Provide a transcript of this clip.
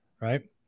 right